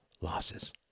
losses